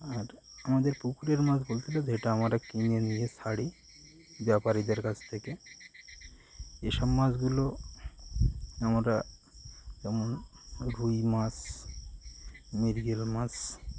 আর আমাদের পুকুরের মাছ বলতে যেটা আমরা কিনে নিয়ে ছাড়ি ব্যাপারীদের কাছ থেকে এসব মাছগুলো আমরা যেমন রুই মাছ মৃগেল মাছ